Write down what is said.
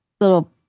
little